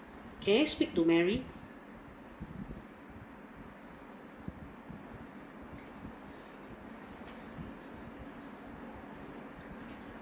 can I speak to mary